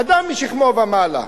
אדם משכמו ומעלה,